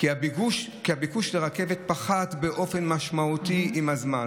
"כי הביקוש לרכבת פחת באופן משמעותי עם הזמן,